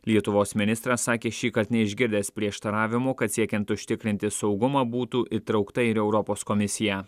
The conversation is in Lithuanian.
lietuvos ministras sakė šįkart neišgirdęs prieštaravimų kad siekiant užtikrinti saugumą būtų įtraukta ir europos komisija